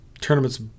tournaments